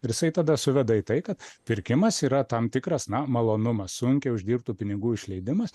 ir jisai tada suveda į tai kad pirkimas yra tam tikras na malonumas sunkiai uždirbtų pinigų išleidimas